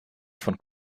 von